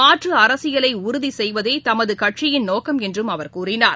மாற்றுஅரசியலைஉறுதிசெய்வதேதமதுகட்சியின் நோக்கம் என்றும் அவர் கூறினார்